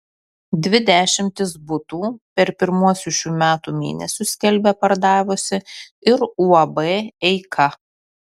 dvi dešimtis butų per pirmuosius šių metų mėnesius skelbia pardavusi ir uab eika